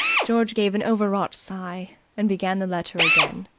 george gave an overwrought sigh and began the letter again.